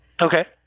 okay